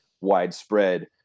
widespread